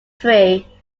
tree